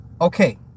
Okay